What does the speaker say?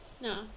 no